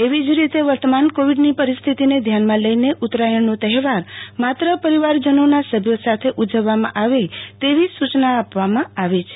એવી જ રીતે વર્તમાન કોવિડની પરિસ્થિતિને ધ્યાનમાં લઈને ઉત્તરાયણનો તહેવાર માત્ર પરિવારજનોના સભ્યો સાથે ઉજવવામાં આવે તેવી સૂ ચનાઆપવામાં આવી છે